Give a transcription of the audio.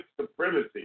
supremacy